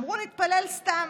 אמרו: נתפלל סתם."